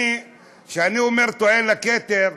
כשאני אומר "טוען לכתר",